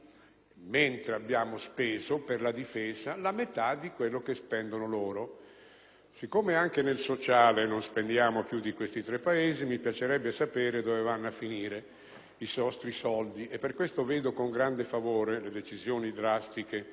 mentre abbiamo speso per la difesa la metà di quello che spendono quei Paesi. Dal momento che anche nel sociale non spendiamo più di questi tre Paesi, mi piacerebbe sapere dove vanno a finire i nostri soldi e per questo vedo con grande favore le decisioni drastiche